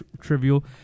trivial